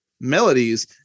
melodies